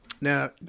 Now